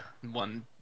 one